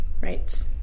Right